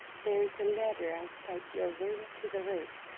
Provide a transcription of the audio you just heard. there's a ladder outside your room to the roof.